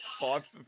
Five